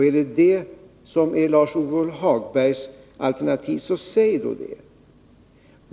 Är detta Lars-Ove Hagbergs alternativ, säg det då!